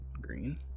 green